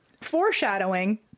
Foreshadowing